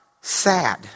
sad